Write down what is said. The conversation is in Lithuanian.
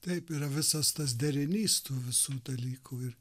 taip yra visas tas derinys tų visų dalykų ir